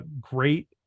great